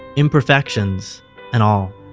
imperfections and all